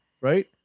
right